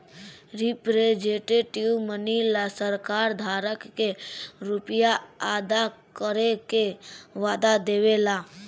representative money ला सरकार धारक के रुपिया अदा करे के वादा देवे ला